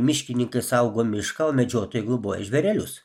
miškininkai saugo mišką o medžiotojai globoja žvėrelius